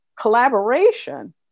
collaboration